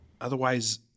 Otherwise